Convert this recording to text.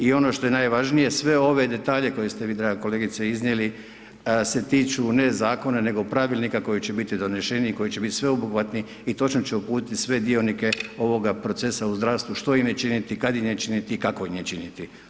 I ono što je najvažnije, sve ove detalje, koje ste vi draga kolegice iznijeli se tiče ne zakona, nego pravilnika koji će biti donesen i koji će biti sveobuhvatni i točno će uputiti sve dionike ovoga procesa u zdravstvu, što im je činiti, kad im je činiti i kako im je činiti.